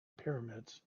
pyramids